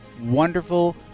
wonderful